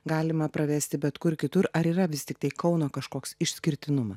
galima pravesti bet kur kitur ar yra vis tiktai kauno kažkoks išskirtinuma